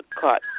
caught